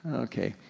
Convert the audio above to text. okay,